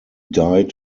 died